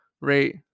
rate